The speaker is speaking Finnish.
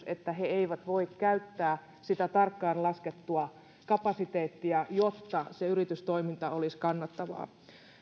että he eivät voi käyttää sitä tarkkaan laskettua kapasiteettia jotta se yritystoiminta olisi kannattavaa